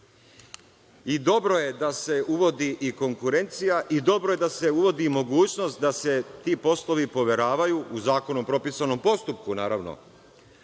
I dobro je da se uvodi i konkurencija i dobro je da se uvodi i mogućnost da se ti poslovi poveravaju u zakonu propisanom postupku nekome